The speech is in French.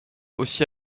aussi